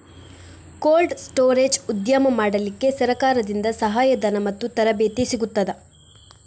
Cold storage ಉದ್ಯಮ ಮಾಡಲಿಕ್ಕೆ ಸರಕಾರದಿಂದ ಸಹಾಯ ಧನ ಮತ್ತು ತರಬೇತಿ ಸಿಗುತ್ತದಾ?